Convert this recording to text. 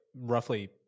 roughly